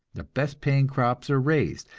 the best paying crops are raised,